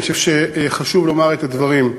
אני חושב שחשוב לומר את הדברים.